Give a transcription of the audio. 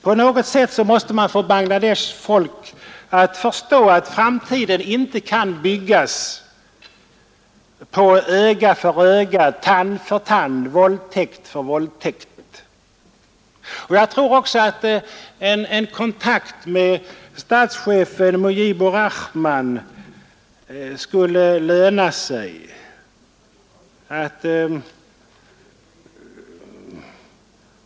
På något sätt måste man få Bangladeshs folk att förstå att framtiden inte kan byggas på öga för öga, tand för tand, våldtäkt för våldtäkt. Jag tror också att en kontakt med statschefen Mujibur Rahman skulle löna sig.